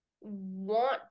want